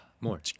More